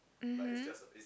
mmhmm